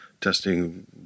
testing